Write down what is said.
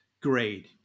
grade